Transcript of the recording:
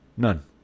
none